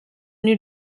new